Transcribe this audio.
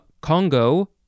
congo